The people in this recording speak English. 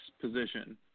position